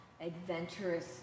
adventurous